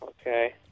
Okay